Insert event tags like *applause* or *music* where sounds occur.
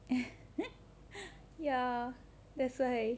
*laughs* ya that's why